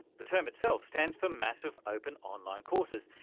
the term itself stands for massive open online courses.